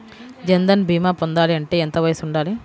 జన్ధన్ భీమా పొందాలి అంటే ఎంత వయసు ఉండాలి?